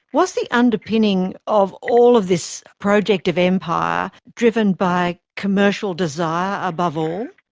was the underpinning of all of this project of empire driven by commercial desire above all?